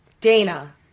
Dana